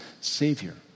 Savior